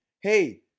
Hey